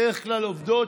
בדרך כלל עובדות,